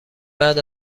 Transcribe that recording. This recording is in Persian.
بعد